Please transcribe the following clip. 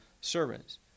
servants